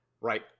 Right